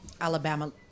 Alabama